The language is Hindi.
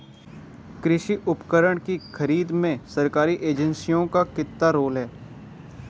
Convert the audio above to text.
कृषि उपकरण की खरीद में सरकारी एजेंसियों का कितना रोल है?